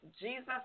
Jesus